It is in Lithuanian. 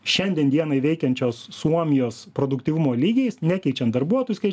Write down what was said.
šiandien dienai veikiančios suomijos produktyvumo lygiais nekeičian darbuotojų skai